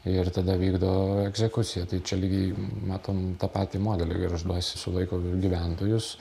ir tada vykdo egzekuciją tai čia lygiai matom tą patį modelį gargžduose sulaiko gyventojus